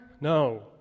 No